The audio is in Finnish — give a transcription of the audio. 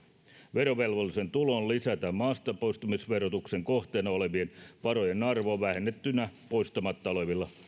verovelvollisen tuloon lisätään maastapoistumisverotuksen kohteena olevien varojen arvo vähennettynä poistamatta olevilla